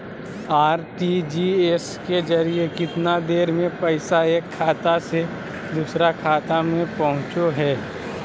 RTGS के जरिए कितना देर में पैसा एक खाता से दुसर खाता में पहुचो है?